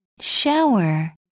Shower